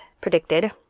predicted